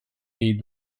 jej